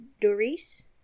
Doris